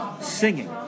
singing